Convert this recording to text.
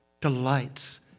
delights